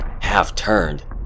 half-turned